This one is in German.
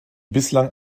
bislang